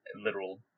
literal